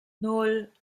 nan